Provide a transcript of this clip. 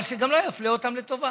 אבל שגם לא יפלה אותה לטובה.